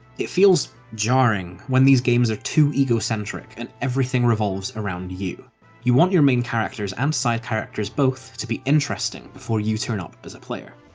it feels jarring when these games are too egocentric, and everything revolves around you you want your main characters and um side characters both to be interesting before you turn up as a player.